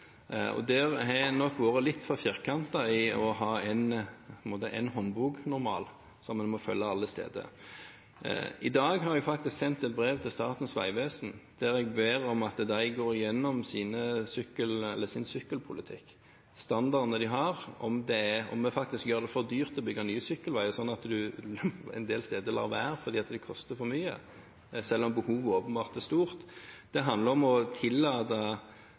vegvesen der jeg ber om at de går igjennom sin sykkelpolitikk og de standardene de har – om vi faktisk gjør det for dyrt å bygge nye sykkelveier, slik at man en del steder lar være fordi det koster for mye, selv om behovet åpenbart er stort. Det handler om å tillate